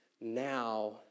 now